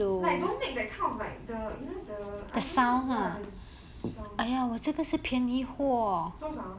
like don't make that kind of like the you know the ya the sound 多少 ah